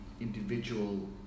individual